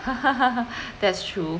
that's true